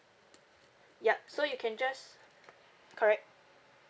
yup so you can just correct